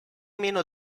meno